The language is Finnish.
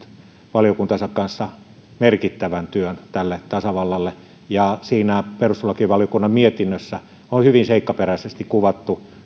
valiokuntansa kanssa merkittävän työn tälle tasavallalle ja siinä perustuslakivaliokunnan mietinnössä on hyvin seikkaperäisesti kuvattu